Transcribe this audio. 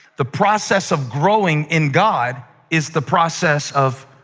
the process of growing in god is the process of